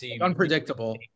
unpredictable